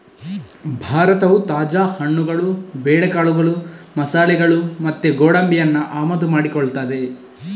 ಭಾರತವು ತಾಜಾ ಹಣ್ಣುಗಳು, ಬೇಳೆಕಾಳುಗಳು, ಮಸಾಲೆಗಳು ಮತ್ತೆ ಗೋಡಂಬಿಯನ್ನ ಆಮದು ಮಾಡಿಕೊಳ್ತದೆ